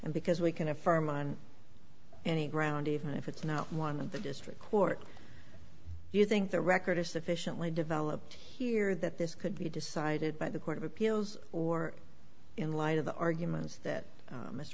because we can affirm on any ground even if it's not one of the district court do you think the record is sufficiently developed here that this could be decided by the court of appeals or in light of the arguments that